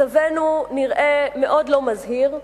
מצבנו נראה מאוד לא מזהיר.